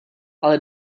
ale